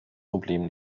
problem